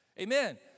Amen